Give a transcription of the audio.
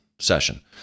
session